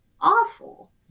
awful